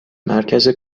مرکز